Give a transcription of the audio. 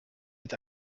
mit